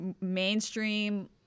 mainstream